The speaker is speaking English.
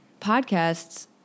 podcasts